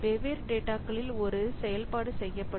வெவ்வேறு டேட்டாகளில் ஒரே செயல்பாடு செய்யப்படும்